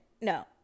no